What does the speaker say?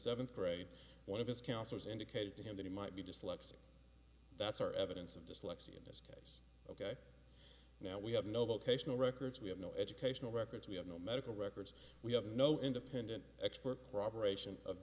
seventh grade one of his counselors indicated to him that he might be dyslexic that's our evidence of dyslexia as ok now we have no vocational records we have no educational records we have no medical records we have no independent expert corroboration of